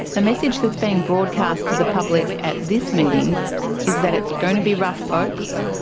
the message that's being broadcast to the public at this meeting is that it's going to be rough folks,